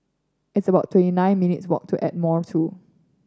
it's about twenty nine minutes' walk to Ardmore Two